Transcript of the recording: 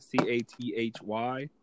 C-A-T-H-Y